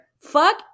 Fuck